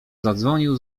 zadzwonił